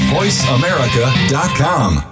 VoiceAmerica.com